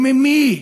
וממי?